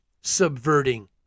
subverting